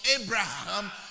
Abraham